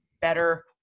better